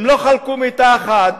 הם לא חלקו מיטה אחת